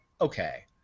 okay